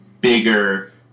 bigger